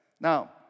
Now